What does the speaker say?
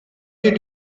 did